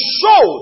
show